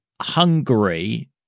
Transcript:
Hungary